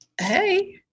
Hey